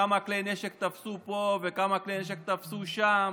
כמה כלי נשק תפסו פה וכמה כלי נשק תפסו שם